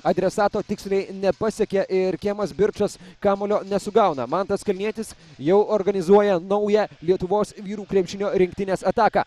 adresato tiksliai nepasiekė ir kemas birčas kamuolio nesugauna mantas kalnietis jau organizuoja naują lietuvos vyrų krepšinio rinktinės ataką